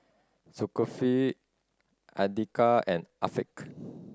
Zulkifli Andika and Afiq